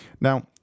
Now